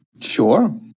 Sure